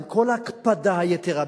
עם כל ההקפדה היתירה,